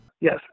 Yes